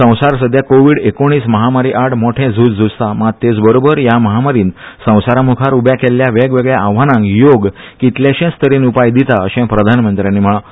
संवसार सध्या कोव्हीड एकोणिस महामारी आड मोठें झुंज झुंजता मात तेचबरोबर हया म्हामारीन संवसाराम्खार उभ्या केल्ल्या वेगवेगळ्या आव्हानांक योग कितलेशेच तरेन उपाय दिता अशें प्रधानमंत्र्यांनी म्हणलां